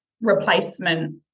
replacement